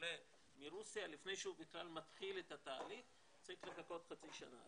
עולה מרוסיה לפני שהוא בכלל מתחיל את התהליך צריך לחכות חצי שנה.